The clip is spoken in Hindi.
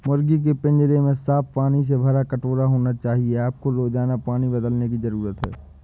मुर्गी के पिंजरे में साफ पानी से भरा कटोरा होना चाहिए आपको रोजाना पानी बदलने की जरूरत है